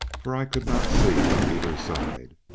for i could not see on either side,